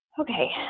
Okay